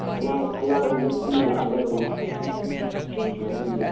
ꯑꯉꯥꯡꯈꯩꯅ ꯄꯨꯟꯅ ꯂꯥꯛꯑꯒ ꯑꯗꯨꯝ ꯌꯥꯎꯍꯟꯁꯦ